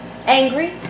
Angry